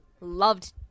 loved